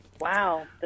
Wow